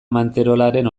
manterolaren